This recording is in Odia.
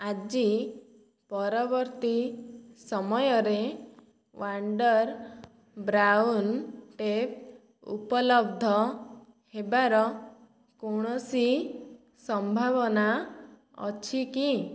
ଆଜି ପରବର୍ତ୍ତୀ ସମୟରେ ୱାଣ୍ଡର ବ୍ରାଉନ୍ ଟେପ୍ ଉପଲବ୍ଧ ହେବାର କୌଣସି ସମ୍ଭାବନା ଅଛି କି